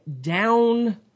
down